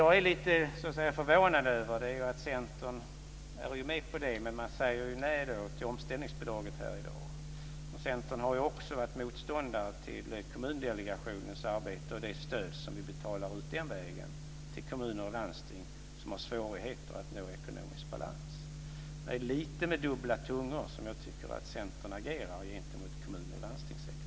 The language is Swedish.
Jag är lite förvånad över att Centern är med på detta med säger nej till omställningsbidraget här i dag. Centern har ju också varit motståndare till Kommundelegationens arbete och det stöd som vi betalar ut den vägen till kommuner och landsting som har svårigheter att nå ekonomisk balans. Jag tycker att Centern talar lite med dubbla tungor gentemot kommun och landstingssektorn.